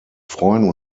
freuen